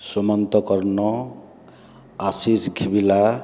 Sumanta Karna Ashish Ghibila